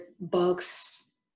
books